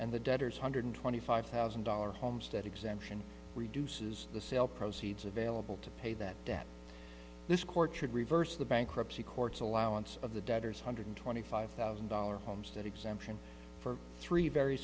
and the debtors hundred twenty five thousand dollars homestead exemption reduces the sale proceeds available to pay that debt this court should reverse the bankruptcy courts allowance of the debtors hundred twenty five thousand dollars homestead exemption for three very